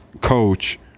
coach